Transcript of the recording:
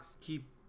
keep